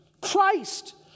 Christ